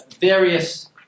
various